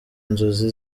nzozi